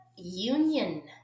Union